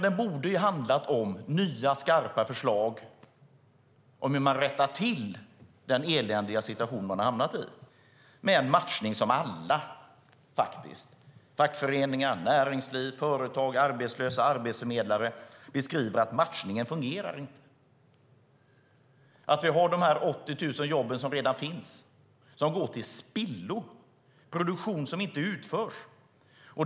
Den borde ha handlat om nya skarpa förslag om hur man rättar till den eländiga situation som man har hamnat i med en matchning som alla faktiskt - fackföreningar, näringsliv, företag, arbetslösa, arbetsförmedlare - beskriver att den inte fungerar. De 80 000 jobb som redan finns går till spillo, och produktion utförs inte.